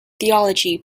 theology